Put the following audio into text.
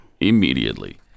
Immediately